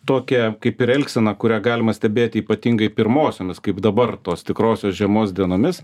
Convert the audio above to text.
tokią kaip ir elgseną kurią galima stebėti ypatingai pirmosiomis kaip dabar tos tikrosios žiemos dienomis